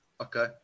okay